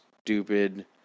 stupid